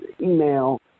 email